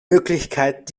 möglichkeit